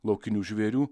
laukinių žvėrių